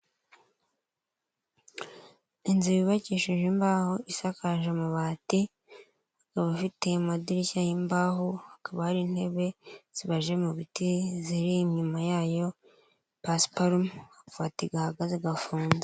Inzu yubakishije imbaho, isakaje amabati, ikaba ifite amadirishya y'imbaho, hakaba hari intebe zibaje mu biti ziri inyuma yayo, pasiparume, akabati gahagaze, gafunze.